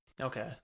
Okay